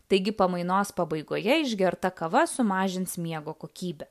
taigi pamainos pabaigoje išgerta kava sumažins miego kokybę